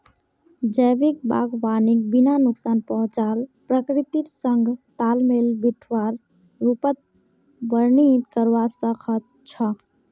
जैविक बागवानीक बिना नुकसान पहुंचाल प्रकृतिर संग तालमेल बिठव्वार रूपत वर्णित करवा स ख छ